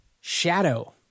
shadow